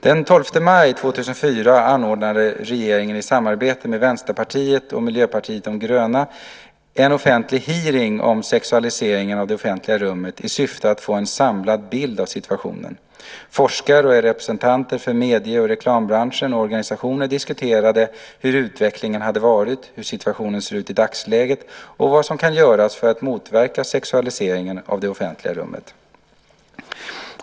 Den 12 maj 2004 anordnade regeringen, i samarbete med Vänsterpartiet och Miljöpartiet de gröna, en offentlig hearing om sexualiseringen av det offentliga rummet i syfte att få en samlad bild av situationen. Forskare och representanter från medie och reklambranschen och organisationer diskuterade hur utvecklingen har varit, hur situationen ser ut i dagsläget och vad som kan göras för att motverka sexualiseringen av det offentliga rummet.